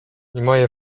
moje